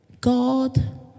God